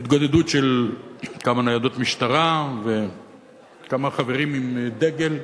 התגודדות של כמה ניידות משטרה, וכמה חברים עם דגל.